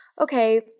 okay